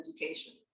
education